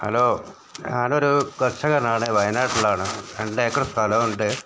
hello ഞാനൊരു കർഷകനാണ് വയനാട്ടിലാണ് രണ്ടേക്കർ സ്ഥലമുണ്ട്